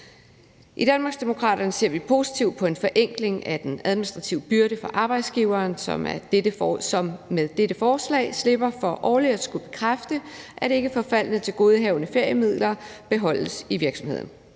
I Danmarksdemokraterne ser vi positivt på en forenkling af den administrative byrde for arbejdsgiveren, som med dette forslag slipper for årligt at skulle bekræfte, at ikkeforfaldne tilgodehavende feriemidler beholdes i virksomheden.